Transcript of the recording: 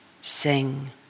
sing